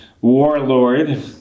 warlord